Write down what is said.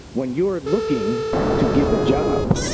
when you're looking to give a job.